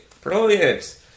Brilliant